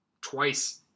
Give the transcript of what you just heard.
twice